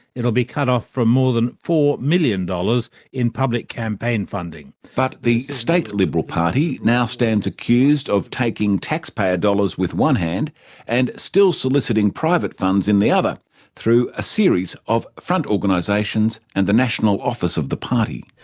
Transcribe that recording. it'll be cut off from more than four million dollars in public campaign funding. but the state liberal party now stands accused of taking taxpayer dollars with one hand and still soliciting private funds in the other through a series of front organisations and the national office of the party.